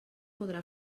podrà